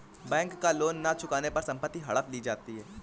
bank का loan न चुकाने पर संपत्ति हड़प ली जाती है